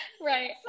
Right